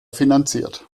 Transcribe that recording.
finanziert